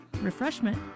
refreshment